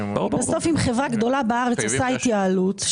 בסוף אם חברה גדולה בארץ עושה התייעלות,